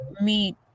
meet